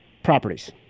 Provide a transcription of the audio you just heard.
Properties